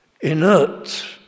inert